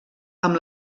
amb